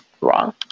wrong